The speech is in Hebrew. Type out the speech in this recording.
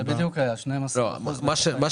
כן, זה היה בדיוק 12%. אברמי, זה לא מה ששאלתי.